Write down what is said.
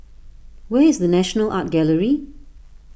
where is the National Art Gallery